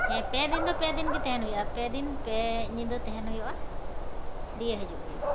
ᱦᱮᱸ ᱯᱮᱫᱤᱱ ᱫᱚ ᱯᱮᱫᱤᱱ ᱜᱮ ᱛᱟᱦᱮᱱ ᱦᱩᱭᱩᱜᱼᱟ ᱯᱮᱫᱤᱱ ᱯᱮ ᱧᱤᱫᱟᱹ ᱛᱟᱦᱮᱱ ᱦᱩᱭᱩᱜᱼᱟ ᱫᱤᱭᱮ ᱦᱤᱡᱩᱜ ᱦᱩᱭᱩᱜᱼᱟ